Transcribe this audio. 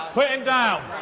put him down.